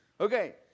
Okay